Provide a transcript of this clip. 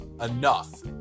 enough